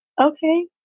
okay